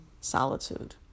solitude